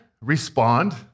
respond